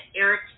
eric